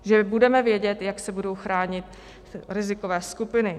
Že budeme vědět, jak se budou chránit rizikové skupiny.